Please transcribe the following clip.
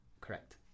Correct